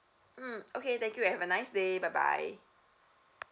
mm okay thank you and have a nice day bye bye